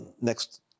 next